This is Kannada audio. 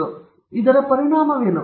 ಮತ್ತು ಮತ್ತೆ ಇದರ ಪರಿಣಾಮವೇನು